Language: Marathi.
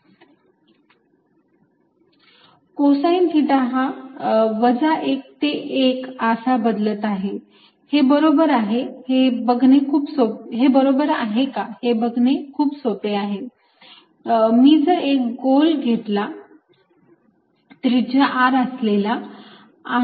dsr2sinθdθdϕsr2dcosθdϕ 0≤θ≤π 0≤ϕ≤2π 1≤cosθ≤1 कोसाईन थिटा हा 1 ते 1 असा बदलत आहे हे बरोबर का नाही आहे हे बघणे खूप सोपे आहे मी जर एक गोल घेतला त्रिज्या R असलेला